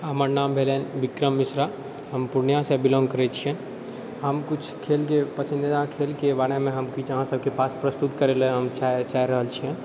हमर नाम भेलै विक्रम मिश्रा हम पूर्णियासँ बिलाॅङ करै छिए हम किछु खेलके पसन्दीदा खेलके बारेमे हम किछु अहाँ सबके पास प्रस्तुत करैलए हम चाहि रहल छिए